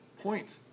point